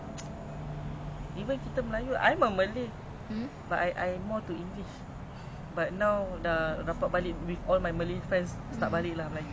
ya betul betul